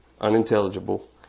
unintelligible